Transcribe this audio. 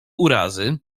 urazy